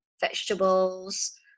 vegetables